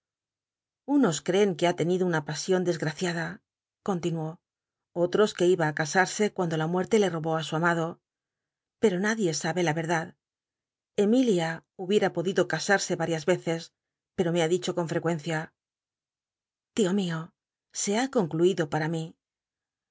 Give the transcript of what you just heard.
unos creen que ha tenido una pasion desgraciada con tinuó otros que iba j casarse cuando la muerte le robó su amado pe e nadie sabe la verdad emilia hubiera podido ftsarse yarias veces pero me ha dicho c on f ecu ncia fio mio se ha concluido pa ra